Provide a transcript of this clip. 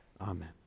Amen